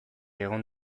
egon